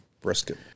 brisket